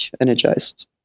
energized